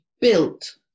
built